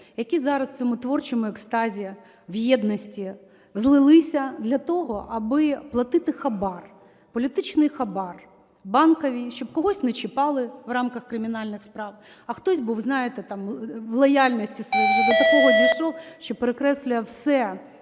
які зараз в цьому творчому екстазі, в єдності злилися для того, аби платити хабар, політичний хабар Банковій, щоб когось не чіпали в рамках кримінальних справ, а хтось був, знаєте, там в лояльності своїй вже до такого дійшов, що перекреслює все